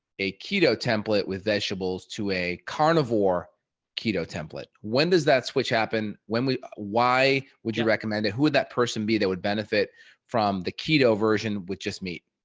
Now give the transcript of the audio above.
a keto template with vegetables to a carnivore keto template? when does that switch happen? when we why would you recommend it? who would that person be? that would benefit from the keto version which just meat?